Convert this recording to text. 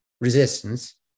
resistance